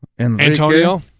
Antonio